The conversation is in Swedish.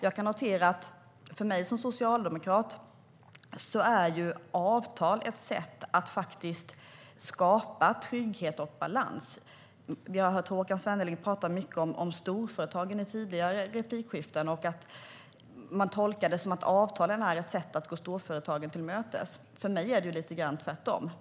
Jag kan notera att för mig som socialdemokrat är avtal ett sätt att faktiskt skapa trygghet och balans. Vi hörde Håkan Svenneling prata mycket om storföretagen i tidigare replikskiften, och Vänsterpartiet tolkar det som att avtalen är ett sätt att gå storföretagen till mötes. För mig är det lite grann tvärtom.